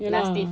ye lah